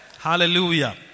Hallelujah